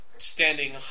Standing